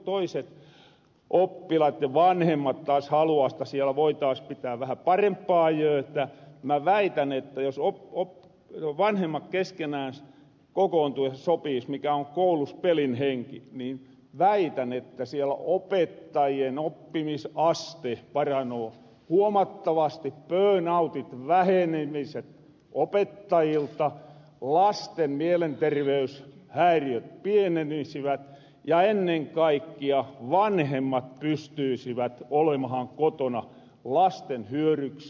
ku toisten oppilaitten vanhemmat taas haluaa jotta siellä voitaas pitää vähä parempaa jöötä mä väitän että jos vanhemmat keskenääns kokoontus ja sopis mikä on koulus pelin henki niin siel opettajien oppimisaste paranoo huomattavasti pöönautit vähenis opettajilta lasten mielenterveyshäiriöt pienenisivät ja ennen kaikkia vanhemmat pystyisivät olemahan kotona lasten hyöryksi